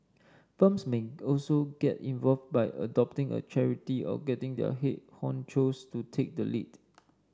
firms may also get involved by adopting a charity or getting their head honchos to take the lead